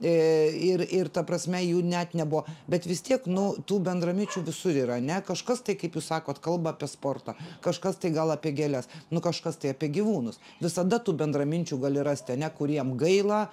i ir ir ta prasme jų net nebuvo bet vis tiek nu tų bendraminčių visur yra ane kažkas tai kaip jūs sakot kalba apie sportą kažkas tai gal apie gėles nu kažkas tai apie gyvūnus visada tų bendraminčių gali rasti ane kuriem gaila